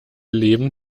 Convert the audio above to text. leben